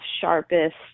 sharpest